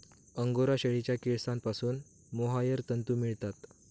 angora शेळीच्या केसांपासून mohair तंतू मिळतात